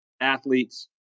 athletes